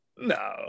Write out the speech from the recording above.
no